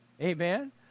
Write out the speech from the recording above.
Amen